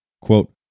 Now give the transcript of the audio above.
quote